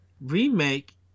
remake